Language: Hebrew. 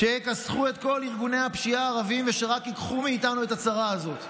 שיכסחו את כל ארגוני הפשיעה הערביים ושרק ייקחו מאיתנו את הצרה הזאת.